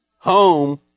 Home